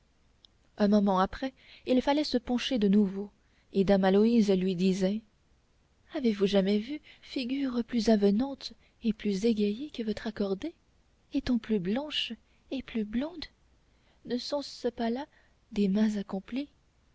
un moment après il fallait se pencher de nouveau et dame aloïse lui disait avez-vous jamais vu figure plus avenante et plus égayée que votre accordée est-on plus blanche et plus blonde ne sont-ce pas là des mains accomplies